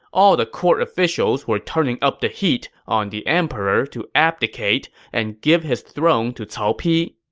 all the court officials were turning up the heat on the emperor to abdicate and give his throne to cao pi.